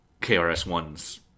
KRS-One's